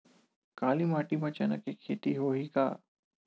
काली माटी म चना के खेती होही का?